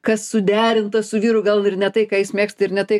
kas suderinta su vyru gal ir ne tai ką jis mėgsta ir ne tai